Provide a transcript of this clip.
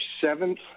seventh